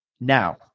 now